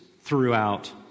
throughout